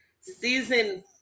Season